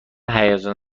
هیجان